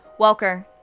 Welker